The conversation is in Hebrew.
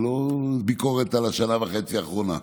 זה לא ביקורת על השנה וחצי האחרונות.